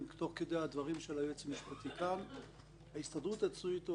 כדי הדברים ההסתדרות הציונית העולמית,